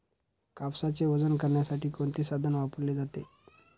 कापसाचे वजन करण्यासाठी कोणते साधन वापरले जाते?